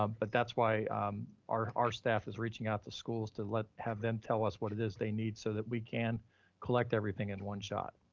um but that's why our our staff is reaching out to schools to let have them tell us what it is they need so that we can collect everything in one shot.